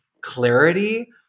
clarity